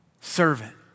Servant